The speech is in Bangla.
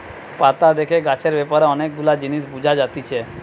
পাতা দেখে গাছের ব্যাপারে অনেক গুলা জিনিস বুঝা যাতিছে